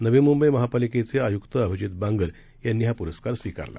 नवीमुंबईमहापालिकेचेआयुक्तअभिजीतबांगरयांनीहापुरस्कारस्विकारला